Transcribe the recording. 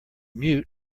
mute